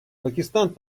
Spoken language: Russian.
пакистан